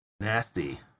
nasty